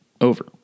Over